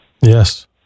Yes